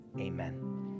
amen